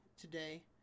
today